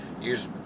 Use